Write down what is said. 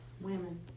Women